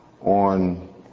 On